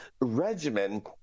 regimen